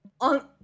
on